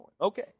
Okay